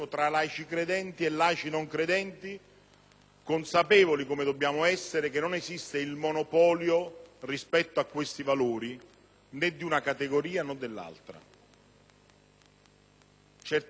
consapevoli come dobbiamo essere che non esiste il monopolio rispetto a questi valori, né di una categoria né dall'altra. Certamente, quello che sta accadendo in queste ore